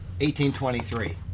1823